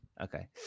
Okay